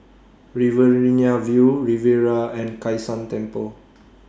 Riverina View Riviera and Kai San Temple